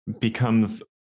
becomes